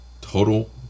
Total